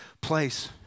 place